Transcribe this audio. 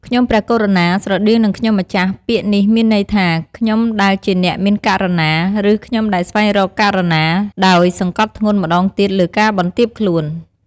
ខ្ញុំព្រះករុណា ស្រដៀងនឹងខ្ញុំម្ចាស់ ពាក្យនេះមានន័យថា "ខ្ញុំដែលជាអ្នកមានករុណា" ឬ "ខ្ញុំដែលស្វែងរកករុណា" ដោយសង្កត់ធ្ងន់ម្តងទៀតលើការបន្ទាបខ្លួន។